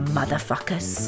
Motherfuckers